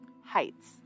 heights